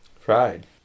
Fried